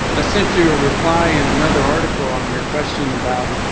i sent you a reply in another article on your question about